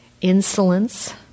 Insolence